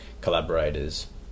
collaborators